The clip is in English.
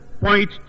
Point